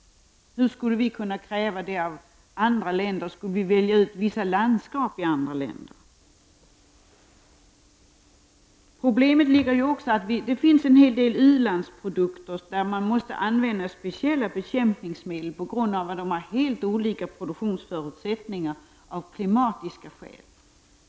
Hur skulle vi kunna kräva att bestämmelser om detta skall gälla i andra länder? Skulle vi välja ut vissa landskap i andra länder? Problemet är också att det finns en hel del ulandsprodukter där man vid odlingen måste använda speciella bekämpningsmedel på grund av att man där har helt andra produktionsförutsättningar av klimatskäl.